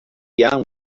young